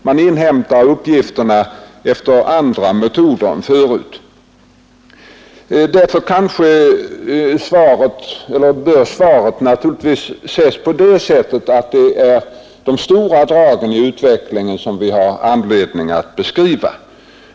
Man inhämtar uppgifterna efter andra metoder än tidigare. Därför bör interpellationssvaret ses på det sättet att det är de stora dragen i utvecklingen som vi har anledning att beskriva.